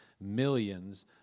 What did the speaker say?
millions